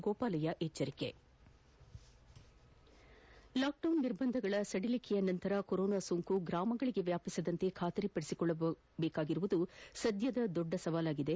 ಗೋಪಾಲಯ್ಯ ಎಚ್ಚರಿಕೆ ಲಾಕ್ಡೌನ್ ನಿರ್ಬಂಧಗಳ ಸಡಿಲಿಕೆಯ ನಂತರ ಕೊರೋನಾ ಸೋಂಕು ಗ್ರಾಮ ಭಾರತಕ್ಕೆ ವ್ಯಾಪಿಸದಂತೆ ಖಾತರಿಪದಿಸಿಕೊಳ್ಳುವುದು ಸಧ್ಯದ ದೊಡ್ಡ ಸವಾಲಾಗಿದೆ